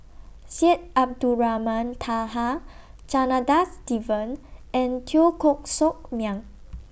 Syed Abdulrahman Taha Janadas Devan and Teo Koh Sock Miang